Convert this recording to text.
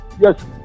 Yes